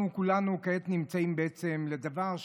אנחנו כולנו כעת נמצאים בדבר,